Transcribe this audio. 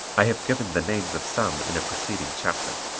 i have given the names of some in a preceding chapter.